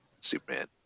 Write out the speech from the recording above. Superman